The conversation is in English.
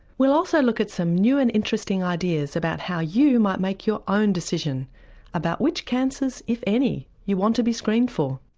we'll also look at some new and interesting ideas about how you might make your own decision about which cancers if any you want to be screened for.